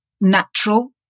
natural